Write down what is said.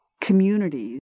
communities